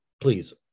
please